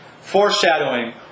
Foreshadowing